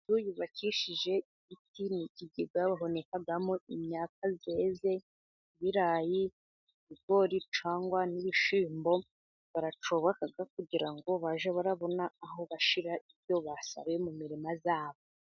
Inzu yubakishije ibiti, ni ikigega bahunikamo imyaka yeze: ibirayi, ibigori, cyangwa n'ibishyimbo, baracyubaka kugira ngo bajye barabona aho bashyira ibyo basaruye, mu mirima yabo.